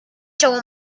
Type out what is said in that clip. czoło